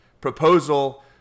proposal